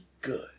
good